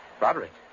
Roderick